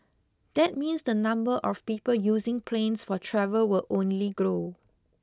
that means the number of people using planes for travel will only grow